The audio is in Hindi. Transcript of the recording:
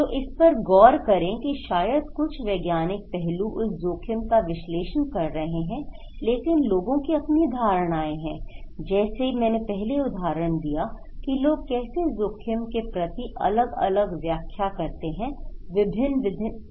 तो इस पर गौर करें कि शायद कुछ वैज्ञानिक पहलू उस जोखिम का विश्लेषण कर रहे हैं लेकिन लोगों की अपनी धारणाएं हैं जैसे मैंने पहले उदाहरण दिया कि लोग कैसे जोखिम के प्रति अलग अलग व्याख्या करते हैं विभिन्न तरीकों से